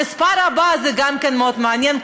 המספר הבא הוא גם כן מאוד מעניין.